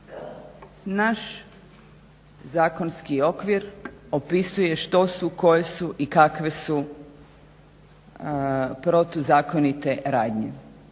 Naš zakonski okvir opisuje što su koje su i kakve su protuzakonite radnje